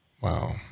Wow